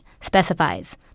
specifies